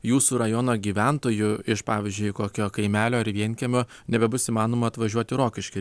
jūsų rajono gyventojų iš pavyzdžiui kokio kaimelio ar vienkiemio nebebus įmanoma atvažiuot į rokiškį